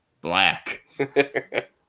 black